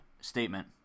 statement